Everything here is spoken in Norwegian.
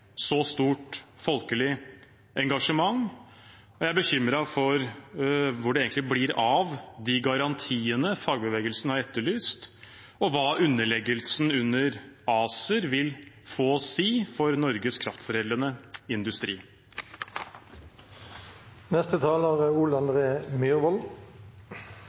så stort folkelig engasjement, og jeg er bekymret for hvor det egentlig blir av de garantiene fagbevegelsen har etterlyst, og hva det å være underlagt ACER vil få å si for Norges kraftforedlende industri. Senterpartiet er